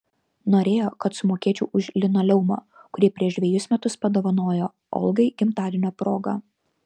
norėjo kad sumokėčiau už linoleumą kurį prieš dvejus metus padovanojo olgai gimtadienio proga